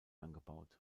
angebaut